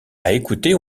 écouter